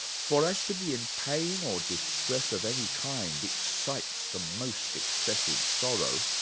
for as to be in pain or distress of any kind excites the most excessive sorrow,